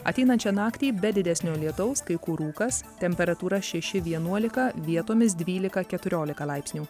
ateinančią naktį be didesnio lietaus kai kur rūkas temperatūra šeši vienuolika vietomis dvylika keturiolika laipsnių